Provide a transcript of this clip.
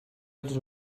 els